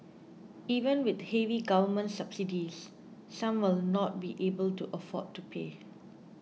even with heavy government subsidies some will not be able to afford to pay